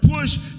push